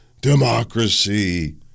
Democracy